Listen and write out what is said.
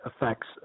affects